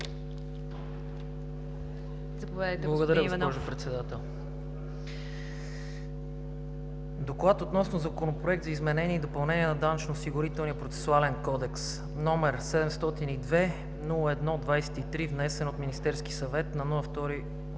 Благодаря, госпожо Председател. „Доклад относно Законопроект за изменение и допълнение на Данъчно-осигурителния процесуален кодекс, № 702-01-23, внесен от Министерския съвет на 2